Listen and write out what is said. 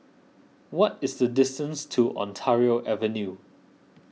what is the distance to Ontario Avenue